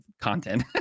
content